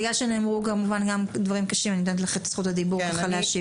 בגלל שנאמרו גם דברים קשים אני נותנת לך את רשות הדיבור כדי להשיב.